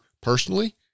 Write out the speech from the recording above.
personally